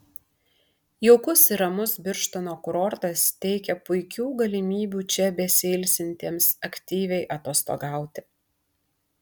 jaukus ir ramus birštono kurortas teikia puikių galimybių čia besiilsintiems aktyviai atostogauti